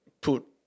put